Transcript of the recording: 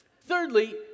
thirdly